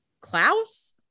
Klaus